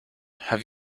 have